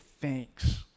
thanks